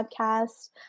podcast